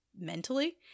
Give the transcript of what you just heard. mentally